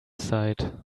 side